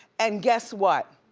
and guess what?